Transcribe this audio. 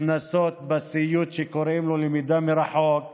להתנסות בסיוט שקוראים לו למידה מרחוק וזום,